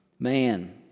Man